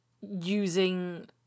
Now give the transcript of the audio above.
using